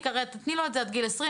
הרי את תתני לו את זה עד גיל 20,